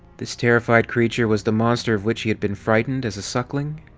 this terrified creature was the monster of which he had been frightened as a suckling?